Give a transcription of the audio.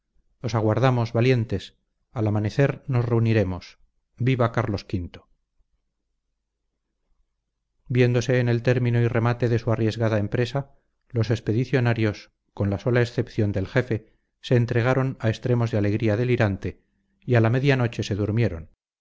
os aguardamos valientes al amanecer nos reuniremos viva carlos v viéndose en el término y remate de su arriesgada empresa los expedicionarios con la sola excepción del jefe se entregaron a extremos de alegría delirante y a la media noche se durmieron